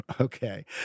Okay